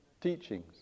teachings